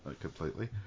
completely